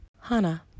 Hana